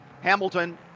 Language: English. Hamilton